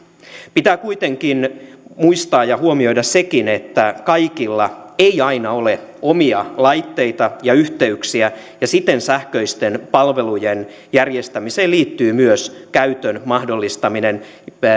pitää kuitenkin muistaa ja huomioida sekin että kaikilla ei aina ole omia laitteita ja yhteyksiä ja siten sähköisten palvelujen järjestämiseen liittyy myös käytön mahdollistaminen